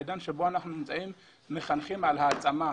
בעידן בו אנחנו חיים מחנכים על העצמה,